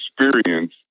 experience